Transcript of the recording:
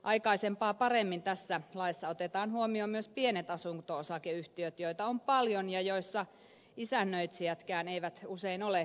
aikaisempaa paremmin tässä laissa otetaan huomioon myös pienet asunto osakeyhtiöt joita on paljon ja joissa isännöitsijätkään eivät usein ole kiinteistöalan ammattilaisia